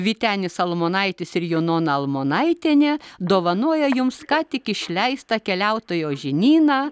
vytenis almonaitis ir junona almonaitienė dovanoja jums ką tik išleistą keliautojo žinyną